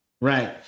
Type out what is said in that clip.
Right